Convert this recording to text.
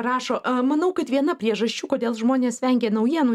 rašo manau kad viena priežasčių kodėl žmonės vengia naujienų